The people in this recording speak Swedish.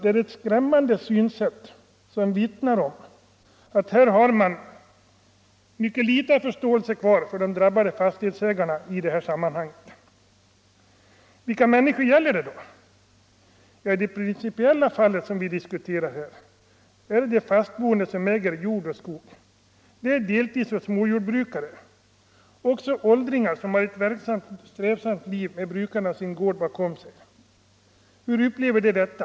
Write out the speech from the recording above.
Det är ett skrämmande synsätt, som vittnar om att man har mycket liten förståelse för de drabbade fastighetsägarna i detta sammanhang. Vilka människor gäller det då? Ja, i det principiella fallet, som vi diskuterar här, är det de fast boende som äger jord och skog som berörs. Det är deltidsoch småjordbrukare, också åldringar som har ett verksamt och strävsamt liv i brukandet av sin gård bakom sig. Hur upplever de detta?